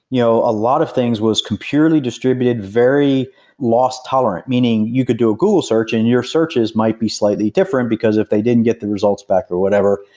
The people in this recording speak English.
you know a lot of things was purely distributed very lost-tolerant. meaning, you could do a google search and your searches might be slightly different, because if they didn't get the results back or whatever.